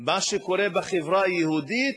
מה שקורה בחברה היהודית,